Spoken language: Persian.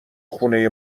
خونه